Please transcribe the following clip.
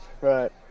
Right